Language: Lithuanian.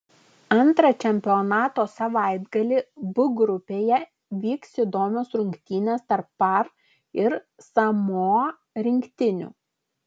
antrą čempionato savaitgalį b grupėje vyks įdomios rungtynės tarp par ir samoa rinktinių